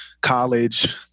college